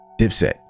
Dipset